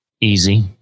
easy